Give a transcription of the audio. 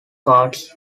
cards